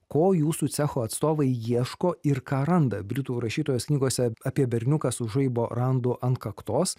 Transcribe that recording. ko jūsų cecho atstovai ieško ir ką randa britų rašytojos knygose apie berniuką su žaibo randu ant kaktos